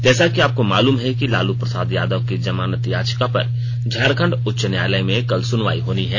जैसा कि आपको मालूम है कि लालू प्रसाद यादव की जमानत याचिका पर झारखंड उच्च न्यायालय में कल सुनवाई होनी है